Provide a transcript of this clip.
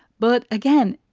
but again,